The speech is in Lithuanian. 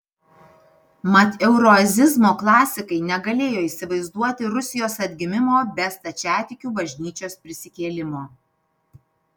mat euroazizmo klasikai negalėjo įsivaizduoti rusijos atgimimo be stačiatikių bažnyčios prisikėlimo